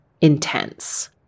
intense